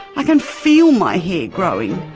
i can feel my hair growing.